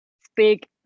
Speak